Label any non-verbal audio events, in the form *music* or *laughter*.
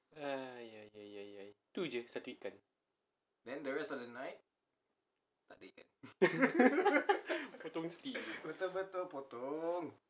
!aiya! ya ya ya tu jer satu ikan *laughs* potong steam